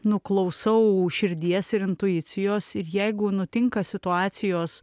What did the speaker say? nu klausau širdies ir intuicijos ir jeigu nutinka situacijos